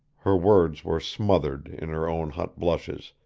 her words were smothered in her own hot blushes,